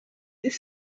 this